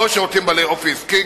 או שירותים בעלי אופי עסקי,